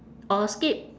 or skip